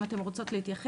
אם אתן רוצות להתייחס,